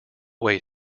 wait